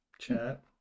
Chat